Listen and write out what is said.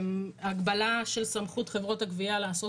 הגבלה של סמכות חברות הגבייה לעשות